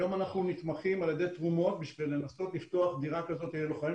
היום אנחנו נתמכים בתרומות בשביל לנסות לפתוח דירה כזאת ללוחמים.